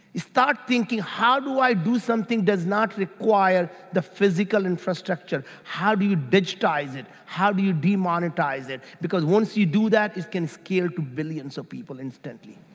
start thinking how do i do something does not require physical infrastructure, how do you digitize it, how do you demonetize it, because once you do that, it can scale to billions of people instantly.